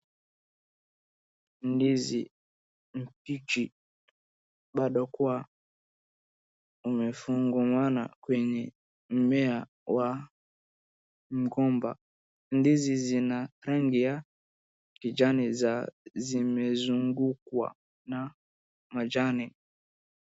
Ndizi mbichi, bado ikiwa imefungamana kwenye mmea wa mgomba, ndizi zina rangi ya kijani zimezungukwa na majani.